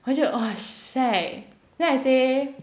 我就 !wah! shag then I say